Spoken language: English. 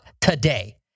today